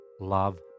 love